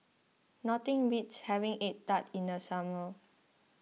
nothing beats having Egg Tart in the summer